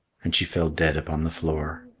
and she fell dead upon the floor.